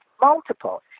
multiple